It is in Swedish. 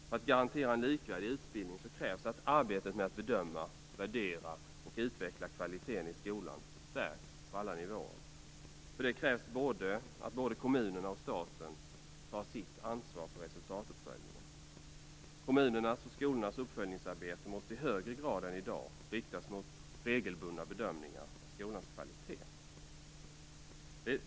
För att garantera en likvärdig utbildning krävs att arbetet med att bedöma, värdera och utveckla kvaliteten i skolan stärks på alla nivåer. För det krävs att både kommunerna och staten tar sitt ansvar för resultatuppföljningen. Kommunernas och skolornas uppföljningsarbete måste i högre grad än i dag riktas mot regelbundna bedömningar av skolans kvalitet.